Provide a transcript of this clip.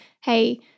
hey